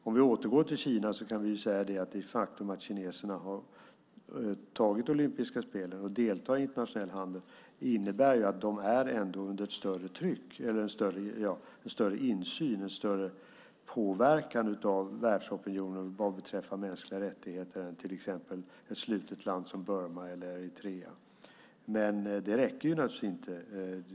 Om vi återvänder till Kina kan vi säga att det faktum att kineserna tagit hem de olympiska spelen och deltar i internationell handel innebär att de trots allt är under större insyn och påverkan från världsopinionen vad beträffar mänskliga rättigheter än till exempel slutna länder som Burma och Eritrea. Men det räcker naturligtvis inte.